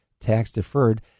tax-deferred